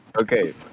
Okay